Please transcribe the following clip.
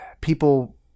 people